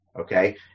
Okay